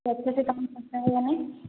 कम होता है या नहीं